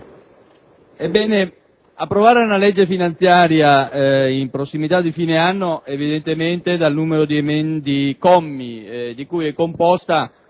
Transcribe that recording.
Presidente, approvare una legge finanziaria in prossimità di fine anno, evidentemente, a causa del numero di commi di cui è composta,